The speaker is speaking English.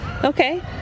Okay